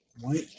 White